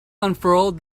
unfurled